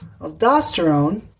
aldosterone